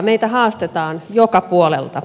meitä haastetaan joka puolelta